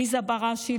עליזה בראשי,